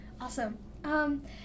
awesome